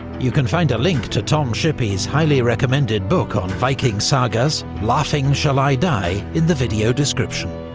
you can find a link to tom shippey's highly-recommended book on viking sagas, laughing shall i die, in the video description.